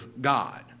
God